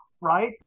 right